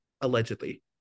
allegedly